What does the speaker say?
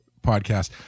podcast